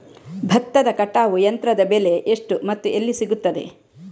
ಭತ್ತದ ಕಟಾವು ಯಂತ್ರದ ಬೆಲೆ ಎಷ್ಟು ಮತ್ತು ಎಲ್ಲಿ ಸಿಗುತ್ತದೆ?